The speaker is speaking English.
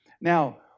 Now